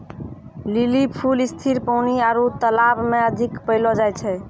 lily फूल स्थिर पानी आरु तालाब मे अधिक पैलो जाय छै